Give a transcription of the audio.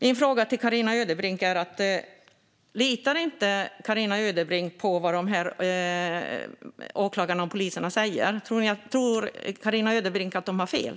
Min fråga till Carina Ödebrink är: Litar inte Carina Ödebrink på vad åklagarna och poliserna säger? Tror Carina Ödebrink att de har fel?